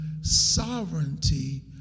sovereignty